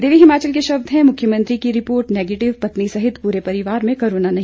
दिव्य हिमाचल के शब्द हैं मुख्यमंत्री की रिपोर्ट नेगेटिव पत्नी सहित पूरे परिवार में कोरोना नहीं